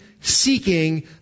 seeking